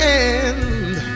end